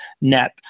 net